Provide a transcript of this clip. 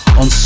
on